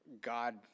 God